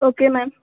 okay ma'am